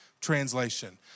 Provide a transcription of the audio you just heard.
translation